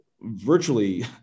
virtually